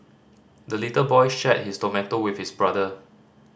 the little boy shared his tomato with his brother